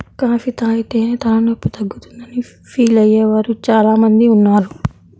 coffee తాగితేనే తలనొప్పి తగ్గుతుందని ఫీల్ అయ్యే వారు చాలా మంది ఉన్నారు